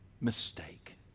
mistake